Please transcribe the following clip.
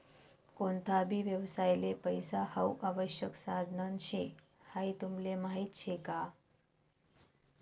कोणता भी व्यवसायले पैसा हाऊ आवश्यक साधन शे हाई तुमले माहीत शे का?